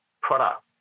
product